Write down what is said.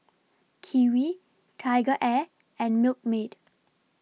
Kiwi TigerAir and Milkmaid